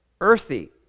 earthy